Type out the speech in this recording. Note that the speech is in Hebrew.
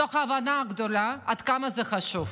מתוך הבנה גדולה עד כמה זה חשוב.